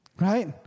Right